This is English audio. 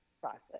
process